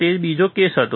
તે બીજો કેસ હતો